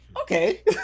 okay